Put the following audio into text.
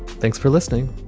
thanks for listening.